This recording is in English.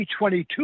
2022